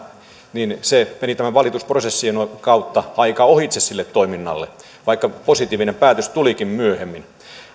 se meni tämän valitusprosessin kautta aika ohitse sille toiminnalle vaikka positiivinen päätös tulikin myöhemmin